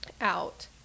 out